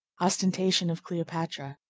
ostentation of cleopatra